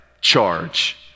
charge